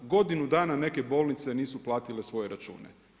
Godinu dana neke bolnice nisu platile svoje račune.